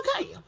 okay